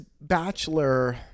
bachelor